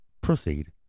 Proceed